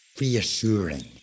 reassuring